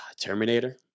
Terminator